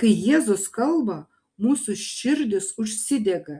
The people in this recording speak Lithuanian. kai jėzus kalba mūsų širdys užsidega